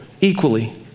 equally